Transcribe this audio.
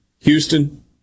Houston